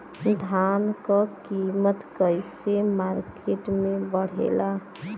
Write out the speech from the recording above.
धान क कीमत कईसे मार्केट में बड़ेला?